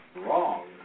wrong